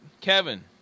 Kevin